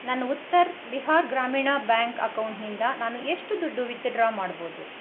ನನ್ನ ಉತ್ತರ್ ಬಿಹಾರ್ ಗ್ರಾಮೀಣ ಬ್ಯಾಂಕ್ ಅಕೌಂಟ್ನಿಂದ ನಾನು ಎಷ್ಟು ದುಡ್ಡು ವಿತ್ಡ್ರಾ ಮಾಡ್ಬೋದು